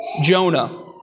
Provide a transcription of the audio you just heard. Jonah